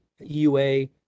EUA